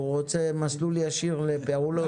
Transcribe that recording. הוא רוצה מסלול ישיר לפעולות.